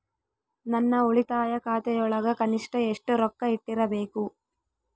ನನ್ನ ಉಳಿತಾಯ ಖಾತೆಯೊಳಗ ಕನಿಷ್ಟ ಎಷ್ಟು ರೊಕ್ಕ ಇಟ್ಟಿರಬೇಕು?